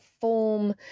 form